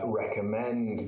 recommend